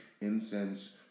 incense